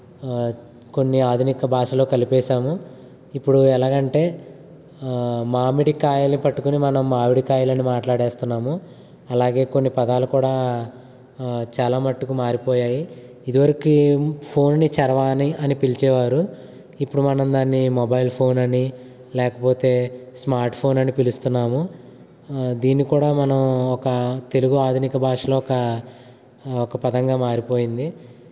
కొన్ని ఆధునిక భాషలో కలిపేసాము ఇప్పుడు ఎలాగ అంటే మామిడికాయలు పట్టుకుని మనం మాడికాయలు అని మాట్లాడేస్తున్నాము అలాగే కొన్ని పదాలు కూడా చాలా మట్టుకు మారిపోయాయి ఇదివరకు ఫోన్ని చరవాణి అని పిలిచేవారు ఇప్పుడు మనం దాన్ని మొబైల్ ఫోన్ అని లేకపోతే స్మార్ట్ ఫోన్ అని పిలుస్తున్నాము దీన్ని కూడా మనం ఒక తెలుగు ఆధునిక భాషలో ఒక ఒక పదంగా మారిపోయింది